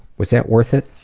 was that worth it?